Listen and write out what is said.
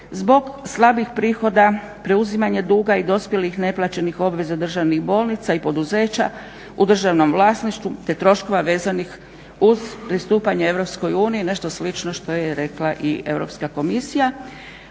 zbog slabih prihoda, preuzimanja duga i dospjelih neplaćenih obveza državnih bolnica i poduzeća u državnom vlasništvu te troškova vezanih uz pristupanje Europskoj uniji nešto slično što je rekla i Europska komisija